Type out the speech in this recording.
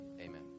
Amen